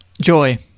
Joy